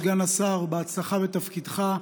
סגן השר, בהצלחה בתפקידך.